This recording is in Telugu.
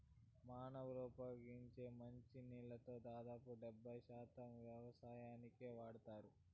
మానవులు ఉపయోగించే మంచి నీళ్ళల్లో దాదాపు డెబ్బై శాతం వ్యవసాయానికే వాడతారు